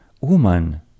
woman